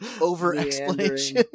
Over-explanation